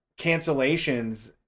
cancellations